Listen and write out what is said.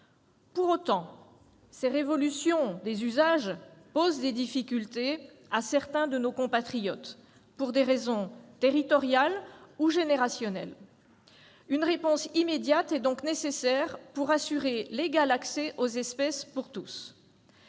Pour autant, ces révolutions des usages posent des difficultés à certains de nos compatriotes, pour des raisons territoriales ou générationnelles. Une réponse immédiate est donc nécessaire pour assurer l'égal accès aux espèces pour tous.